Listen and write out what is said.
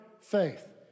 faith